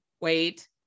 wait